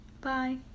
bye